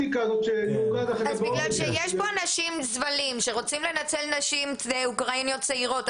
אז בגלל שיש פה אנשים זבלים שרוצים לנצל נשים אוקראיניות צעירות,